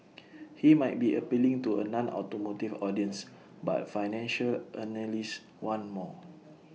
he might be appealing to A nonautomotive audience but financial analysts want more